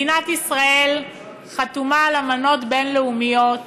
מדינת ישראל חתומה על אמנות בין-לאומיות